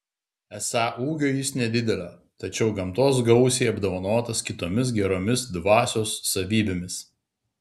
esą ūgio jis nedidelio tačiau gamtos gausiai apdovanotas kitomis geromis dvasios savybėmis